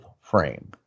frame